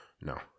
No